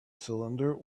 cylinder